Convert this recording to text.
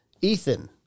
Ethan